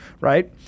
right